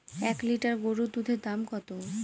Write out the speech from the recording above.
এক লিটার গরুর দুধের দাম কত?